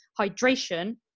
hydration